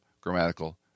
grammatical